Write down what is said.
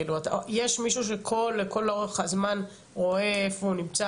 כאילו יש מישהו שלכל אורך הזמן רואה איפה הוא נמצא